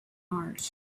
mars